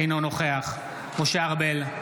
אינו נוכח משה ארבל,